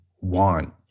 want